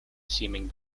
seeming